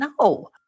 No